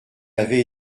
avait